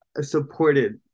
supported